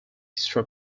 extra